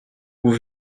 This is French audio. vous